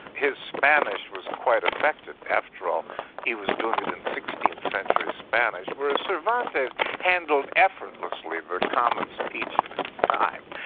his spanish was quite affected, after all he was doing it in sixteenth century spanish, whereas cervantes handled effortlessly the common speech of and his time'.